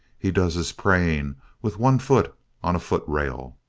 he does his praying with one foot on a footrail.